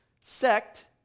sect